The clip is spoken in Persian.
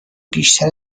بیشتر